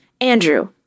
Andrew